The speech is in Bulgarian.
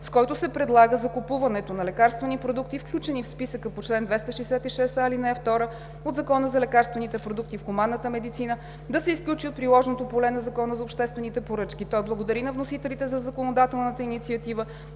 с който се предлага закупуването на лекарствени продукти, включени в списъка по чл. 266а, ал. 2 от Закона за лекарствените продукти в хуманната медицина, да се изключи от приложното поле на Закона за обществените поръчки. Той благодари на вносителите за законодателната инициатива